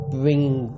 bringing